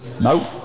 No